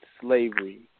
slavery